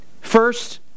First